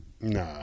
Nah